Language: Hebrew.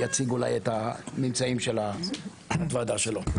יציג את הממצאים של הוועדה שלו.